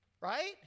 Right